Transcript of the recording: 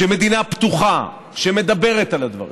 שמדינה פתוחה שמדברת על הדברים,